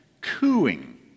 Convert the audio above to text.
cooing